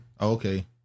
okay